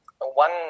one